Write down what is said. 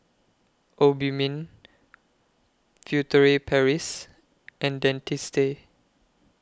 Obimin Furtere Paris and Dentiste